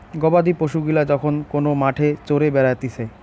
গবাদি পশু গিলা যখন কোন মাঠে চরে বেড়াতিছে